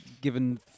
given